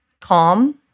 calm